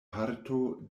parto